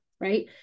right